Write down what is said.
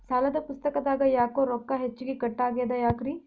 ಸಾಲದ ಪುಸ್ತಕದಾಗ ಯಾಕೊ ರೊಕ್ಕ ಹೆಚ್ಚಿಗಿ ಕಟ್ ಆಗೆದ ಯಾಕ್ರಿ?